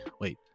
Wait